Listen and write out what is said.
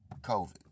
COVID